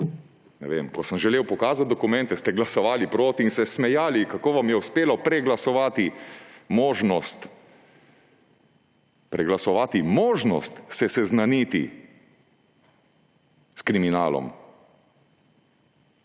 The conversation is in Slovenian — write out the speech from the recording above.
napišejo. Ko sem želel pokazati dokumente, ste glasovali proti in se smejali, kako vam je uspelo preglasovati možnost se seznaniti s kriminalom.